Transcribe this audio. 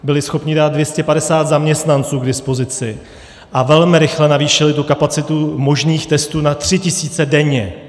Byly schopny dát 250 zaměstnanců k dispozici a velmi rychle navýšily tu kapacitu možných testů na 3 tisíce denně.